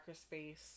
space